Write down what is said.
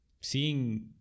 seeing